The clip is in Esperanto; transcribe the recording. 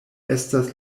estas